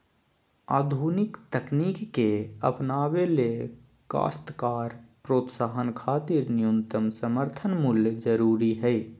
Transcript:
आधुनिक तकनीक के अपनावे ले काश्तकार प्रोत्साहन खातिर न्यूनतम समर्थन मूल्य जरूरी हई